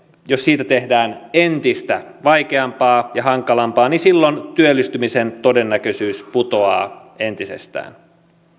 jos siitä tehdään entistä vaikeampaa ja hankalampaa silloin työllistymisen todennäköisyys putoaa entisestään